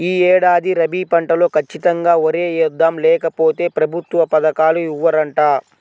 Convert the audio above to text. యీ ఏడాది రబీ పంటలో ఖచ్చితంగా వరే యేద్దాం, లేకపోతె ప్రభుత్వ పథకాలు ఇవ్వరంట